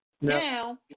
Now